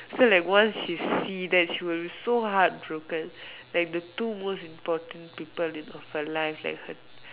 so like once she see then she will so heart broken like the two most important people in of her life like her